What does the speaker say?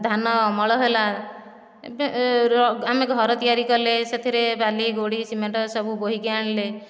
ଧାନ ଅମଳ ହେଲା ଏବେ ଆମେ ଘର ତିଆରି କଲେ ସେଥିରେ ବାଲି ଗୋଡ଼ି ସିମେଣ୍ଟ ସବୁ ବୋହିକି ଆଣିଲେ